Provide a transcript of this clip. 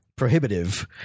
Prohibitive